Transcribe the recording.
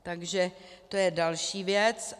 Takže to je další věc.